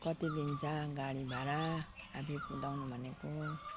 कति लिन्छ गाडी भाडा आफै कुदाउनु भनेको